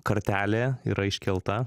kartelė yra iškelta